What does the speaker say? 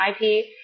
IP